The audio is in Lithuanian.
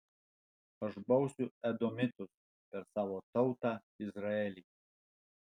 aš bausiu edomitus per savo tautą izraelį